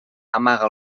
amaga